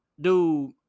Dude